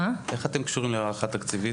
איך אתם קשורים להערכה התקציבית?